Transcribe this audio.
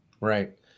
right